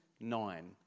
nine